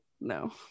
no